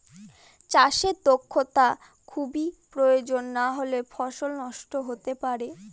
চাষে দক্ষটা খুবই প্রয়োজন নাহলে ফসল নষ্ট হতে পারে